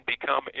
become